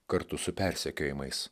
kartu su persekiojimais